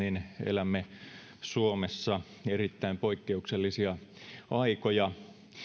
elämme suomessa erittäin poikkeuksellisia aikoja